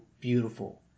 beautiful